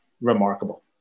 remarkable